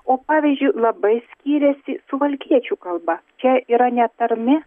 o pavyzdžiui labai skiriasi suvalkiečių kalba čia yra ne tarmė